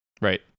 Right